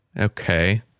Okay